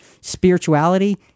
spirituality